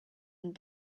and